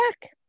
back